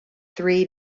three